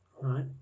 right